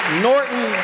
Norton